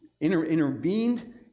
intervened